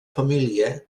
família